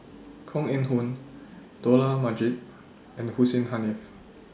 Koh Eng Hoon Dollah Majid and Hussein Haniff